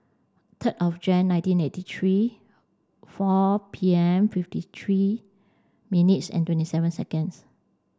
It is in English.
ten of Jan nineteen eighty three four P M fifty three minutes and twenty seven seconds